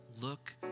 look